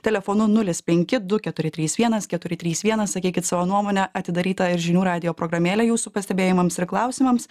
telefonu nulis penki du keturi trys vienas keturi trys vienas sakykit savo nuomonę atidaryta ir žinių radijo programėlė jūsų pastebėjimams ir klausimams